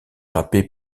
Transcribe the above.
frappées